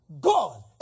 God